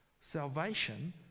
Salvation